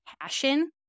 passion